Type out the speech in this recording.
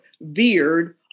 veered